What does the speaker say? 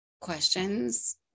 questions